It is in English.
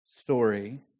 story